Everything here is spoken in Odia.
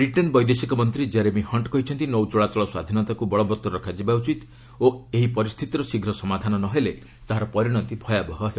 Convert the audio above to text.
ବ୍ରିଟେନ୍ ବୈଦେଶିକ ମନ୍ତ୍ରୀ ଜେରେମି ହଣ୍ଟ କହିଛନ୍ତି ନୌଚଳାଚଳ ସ୍ୱାଧୀନତାକୁ ବଳବତ୍ତର ରଖାଯିବା ଉଚିତ୍ ଓ ଏହି ପରିସ୍ଥିତିର ଶୀଘ୍ର ସମାଧାନ ନ ହେଲେ ତାହାର ପରିଣତି ଭୟାବହ ହେବ